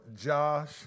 Josh